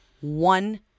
one